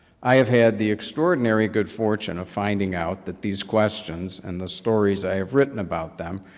i have had the extraordinary good fortune of finding out that these questions, and the stories i have written about them,